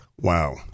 Wow